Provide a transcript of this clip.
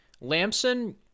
Lamson